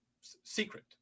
secret